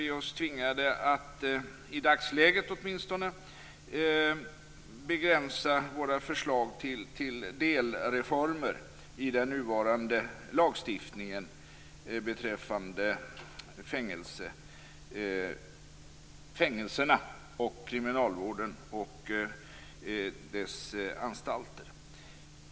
Vi känner oss därför åtminstone i dagsläget tvingade att begränsa våra förslag till delreformer i den nuvarande lagstiftningen beträffande kriminalvården och dess anstalter.